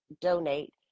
donate